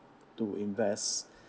to invest